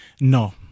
No